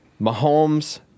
Mahomes